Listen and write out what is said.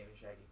Shaggy